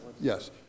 yes